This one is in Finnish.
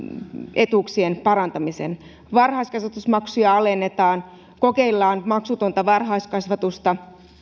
etuuksien parantamiseen varhaiskasvatusmaksuja alennetaan kokeillaan maksutonta varhaiskasvatusta